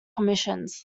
commissions